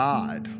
God